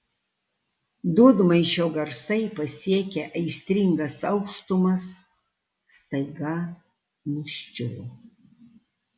dūdmaišio garsai pasiekę aistringas aukštumas staiga nuščiuvo